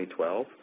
2012